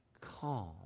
calm